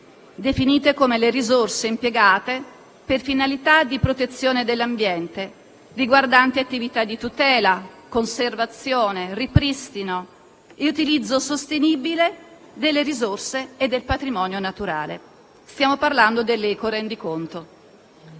definite come le risorse impiegate per finalità di protezione dell'ambiente riguardanti attività di tutela, conservazione, ripristino e utilizzo sostenibile delle risorse e del patrimonio naturale. Stiamo parlando dell'ecorendiconto.